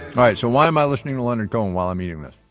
right, so why am i listening to leonard cohen while i'm eating this?